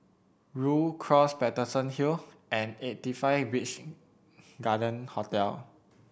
Rhu Cross Paterson Hill and Eighty Five Beach Garden Hotel